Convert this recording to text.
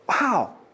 Wow